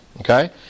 Okay